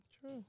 True